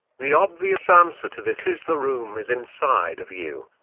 the obvious answer to this is the room is inside of you.